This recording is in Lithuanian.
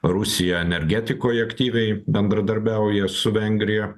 rusija energetikoje aktyviai bendradarbiauja su vengrija